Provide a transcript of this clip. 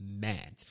man